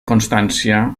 constància